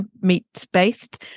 meat-based